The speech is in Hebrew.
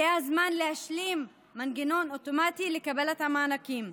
זה הזמן להשלים מנגנון אוטומטי לקבלת המענקים.